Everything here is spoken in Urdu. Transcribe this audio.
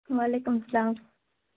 و علیکم السلام